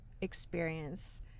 experience